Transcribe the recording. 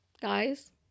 guys